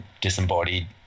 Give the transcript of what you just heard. disembodied